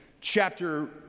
chapter